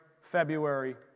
February